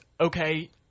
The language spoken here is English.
okay